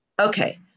Okay